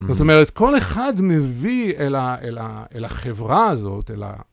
זאת אומרת, כל אחד מביא אל ה... אל החברה הזאת, אל ה...